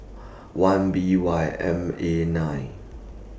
one B Y M A nine